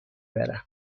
برم